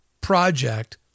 project